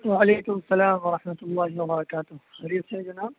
وعلیکم سلام و رحمتہ اللہ و برکاتہ خیریت سے ہیں جناب